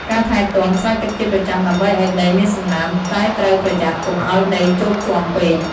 ការថែទាំ ស្រោចទឹកជាប្រចាំ ដើម្បីឱ្យដីមានសំណើម តែត្រូវប្រយ័ត្នកុំឲ្យដីជោកជាំពេក។